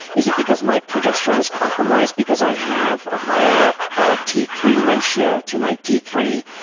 is it because my progesterone is compromised because i have a higher r t three ratio to my t three?